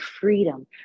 freedom